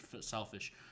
selfish